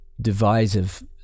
divisive